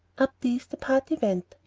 up these the party went,